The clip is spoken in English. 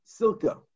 Silka